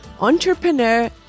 entrepreneur